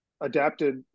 adapted